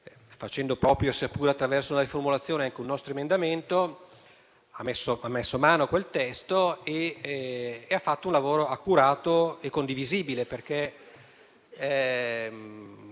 facendo proprio, seppure attraverso una riformulazione, un nostro emendamento, ha messo mano a quel testo e ha fatto un lavoro accurato e condivisibile.